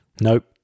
Nope